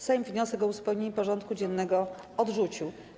Sejm wniosek o uzupełnienie porządku dziennego odrzucił.